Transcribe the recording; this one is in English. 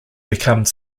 become